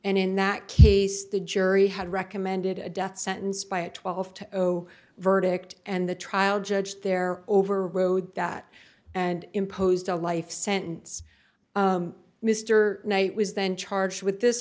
and in that case the jury had recommended a death sentence by a twelve to zero verdict and the trial judge there overrode that and imposed a life sentence mr knight was then charged with this